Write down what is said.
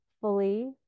fully